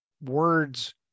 words